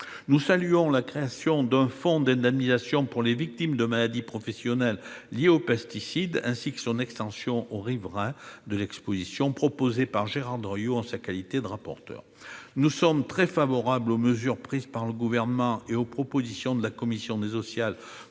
Nous saluons la création d'un fonds d'indemnisation pour les victimes de maladies professionnelles liées aux pesticides, ainsi que son extension aux riverains victimes de l'exposition, proposée par Gérard Dériot en sa qualité de rapporteur. Nous sommes très favorables aux mesures prises par le Gouvernement et aux propositions de la commission des affaires